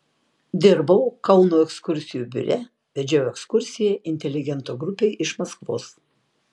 dirbau kauno ekskursijų biure vedžiau ekskursiją inteligentų grupei iš maskvos